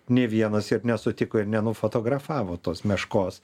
nė vienas ir nesutiko ir nenufotografavo tos meškos